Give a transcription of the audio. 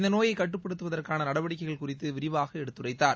இந்த நோயை கட்டுப்படுத்துவதற்கான நடவடிக்கைகள் குறித்து விரிவாக எடுத்துரைத்தார்